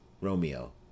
Romeo